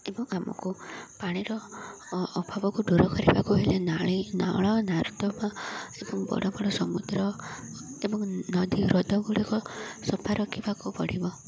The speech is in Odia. ଏବଂ ଆମକୁ ପାଣିର ଅଭାବକୁ ଦୂର କରିବାକୁ ହେଲେ ନାଳି ନାଳ ନାର୍ଦ୍ଦମା ଏବଂ ବଡ଼ ବଡ଼ ସମୁଦ୍ର ଏବଂ ନଦୀ ହ୍ରଦ ଗୁଡ଼ିକ ସଫା ରଖିବାକୁ ପଡ଼ିବ